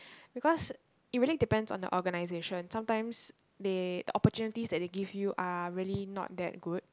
because it really depends on the organisation sometimes they the opportunities that they give you are really not that good